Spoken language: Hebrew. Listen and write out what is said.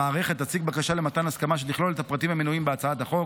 המערכת תציג בקשה למתן הסכמה שתכלול את הפרטים המנויים בהצעת החוק.